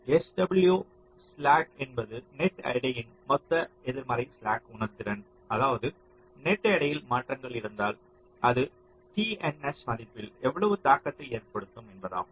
sw slack என்பது net எடையின் மொத்த எதிர்மறை ஸ்லாக் உணர்திறன் அதாவது நெட் எடையில் மாற்றங்கள் இருந்தால் இது TNS மதிப்பில் எவ்வளவு தாக்கத்தை ஏற்படுத்தும் என்பதாகும்